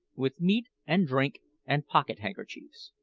with meat and drink and pocket-handkerchiefs!